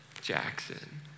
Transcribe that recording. Jackson